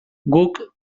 guk